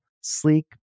sleek